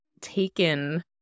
taken